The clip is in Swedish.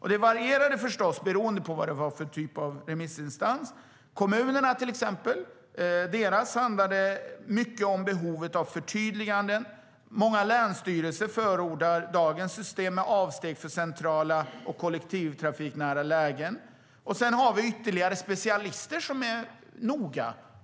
Detta varierade förstås beroende på vad det var för typ av remissinstans. Kommunernas synpunkter handlade mycket om behovet av förtydliganden. Många länsstyrelser förordar dagens system med avsteg för centrala och kollektivtrafiknära lägen. Sedan har vi specialister som är noga.